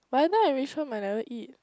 whenever I reach home I never eat